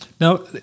Now